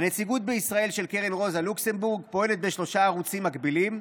"הנציגות בישראל של קרן רוזה לוקסמבורג פועלת בשלושה ערוצים מקבילים.